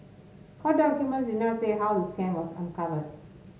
court documents did not say how the scam was uncovered